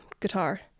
guitar